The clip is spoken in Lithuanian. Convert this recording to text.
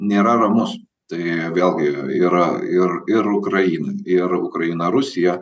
nėra ramus tai vėlgi yra ir ir ukraina ir ukraina rusija